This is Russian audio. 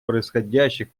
происходящих